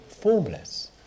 formless